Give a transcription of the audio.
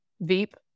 Veep